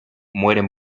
mueren